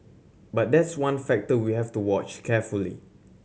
but that's one factor we have to watch carefully